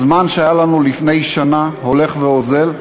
הזמן שהיה לנו לפני שנה הולך ואוזל,